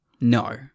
No